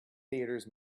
theatres